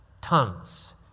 tongues